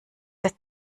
ist